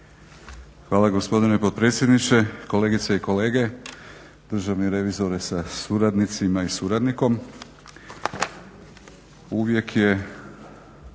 Hvala gospodine potpredsjedniče, kolegice i kolege, državni revizore sa suradnicima i suradnikom. Uvijek je